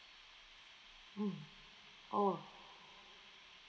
mm oh